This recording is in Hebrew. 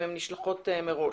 האם הן נשלחות מראש.